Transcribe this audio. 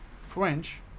French